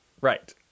right